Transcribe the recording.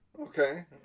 Okay